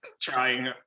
trying